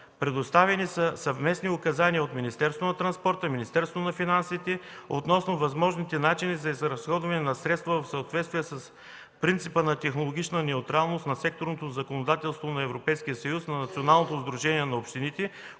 Предоставени са съвместни указания от Министерството на транспорта, Министерство на финансите относно възможните начини за изразходване на средства в съответствие с принципа на технологична неутралност на секторното законодателство на Европейския съюз на Националното сдружение на общините,